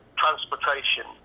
transportation